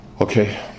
Okay